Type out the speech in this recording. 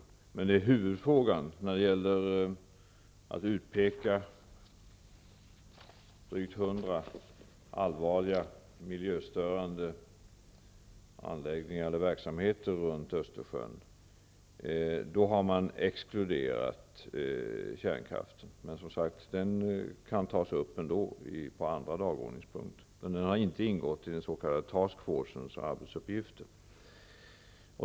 Men när det gäller huvudfrågan, när det gäller att utpeka drygt hundra allvarliga miljöstörande anläggningar eller verksamheter runt Östersjön, har man exkluderat kärnkraften. Men den frågan kan ändå tas upp under andra dagordningspunkter. Men den har inte ingått i den s.k. task force som arbetsuppgift.